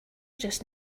just